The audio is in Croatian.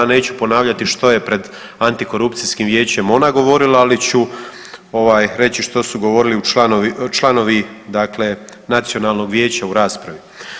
Neću ponavljati što je pred Antikorupcijskim vijećem ona govorila, ali ću ovaj reći što su govorili članovi dakle Nacionalnog vijeća u raspravi.